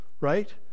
right